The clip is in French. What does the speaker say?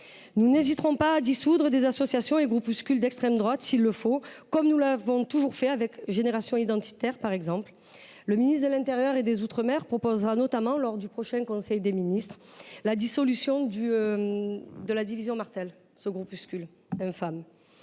Nous n’hésiterons pas à dissoudre des associations et groupuscules d’extrême droite, s’il le faut, comme nous l’avons toujours fait, avec Génération identitaire, par exemple. Le ministre de l’intérieur et des outre mer proposera notamment, lors du prochain conseil des ministres, la dissolution de la Division Martel, ce groupuscule infâme.